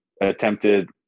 attempted